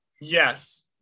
Yes